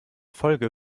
folge